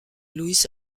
luis